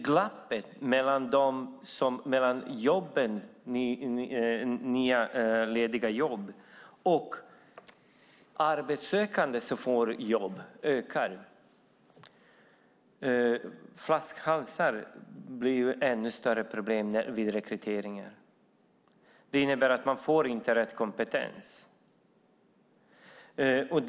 Glappet mellan nya lediga jobb och arbetssökande som får jobb ökar. Flaskhalsar blir ännu större problem vid rekryteringar. Det innebär att man inte får rätt kompetens.